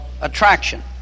attraction